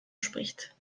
spricht